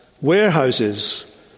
warehouses